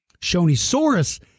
Shonisaurus